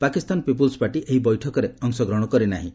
Pakistan people's party ଏହି ବୈଠକରେ ଅଂଶଗ୍ରହଣ କରିନାହିଁ